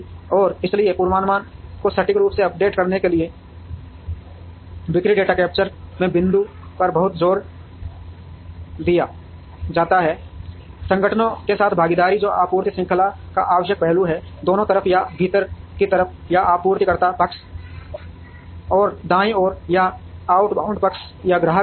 और इसलिए पूर्वानुमान को सटीक रूप से अपडेट करने के लिए बिक्री डेटा कैप्चर करने के बिंदु पर बहुत जोर दिया जाता है संगठनों के साथ भागीदार जो आपूर्ति श्रृंखला का आवश्यक पहलू है दोनों तरफ या भीतर की तरफ या आपूर्तिकर्ता पक्ष और दाईं ओर या आउटबाउंड पक्ष या ग्राहक पक्ष